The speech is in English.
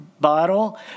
bottle